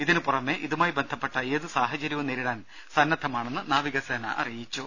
ഇതിനു പുറമെ ഇതുമായി ബന്ധപ്പെട്ട ഏതു സാഹചര്യവും നേരിടാൻ സന്നദ്ധമാണെന്ന് നാവികസേന അറിയിച്ചു